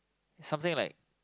something like